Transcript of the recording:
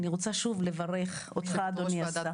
אני רוצה שוב לברך אותך אדוני.